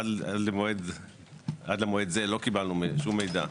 עד מועד זה לא קיבלנו שום מידע.